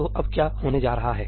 तो अब क्या होने जा रहा है